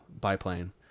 biplane